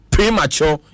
Premature